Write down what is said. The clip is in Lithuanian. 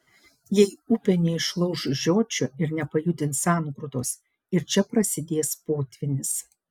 jei upė neišlauš žiočių ir nepajudins sangrūdos ir čia prasidės potvynis